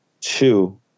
two